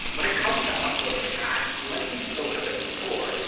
when it comes to uploading your ad, like we spoke about before,